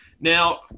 Now